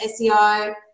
SEO